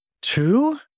Two